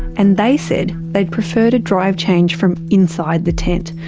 and they said they'd prefer to drive change from inside the tent,